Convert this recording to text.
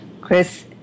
Chris